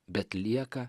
bet lieka